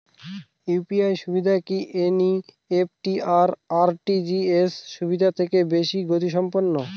UPI সুবিধা কি NEFT আর আর.টি.জি.এস সুবিধা থেকে বেশি গতিসম্পন্ন?